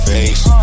Face